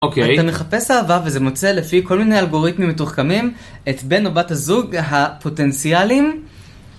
אוקיי.. - אתה מחפש אהבה וזה מוצא לפי כל מיני אלגוריתמים מתוחכמים את בן או בת הזוג הפוטנציאליים